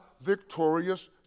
victorious